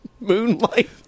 moonlight